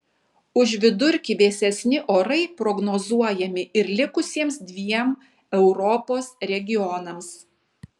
už vidurkį vėsesni orai prognozuojami ir likusiems dviem europos regionams